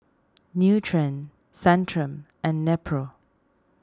Nutren Centrum and Nepro